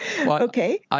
Okay